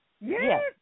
Yes